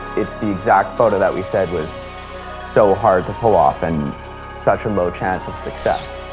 it's the exact photo that we said was so hard to pull off and such a low chance of success